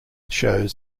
shows